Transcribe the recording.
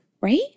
Right